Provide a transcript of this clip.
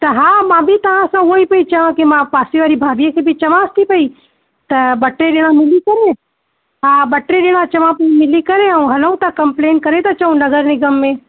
त हा मां बि तव्हां सां उअई पेई चया की मां पासे वारी भाभीअ खे बि चयासि थी पेई त ॿ टे ॼणा मिली करे हा ॿ टे ॼणा चया पेई मिली करे ऐं हलूं था कंपलेन करे था अचूं नगर निगम में